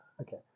okay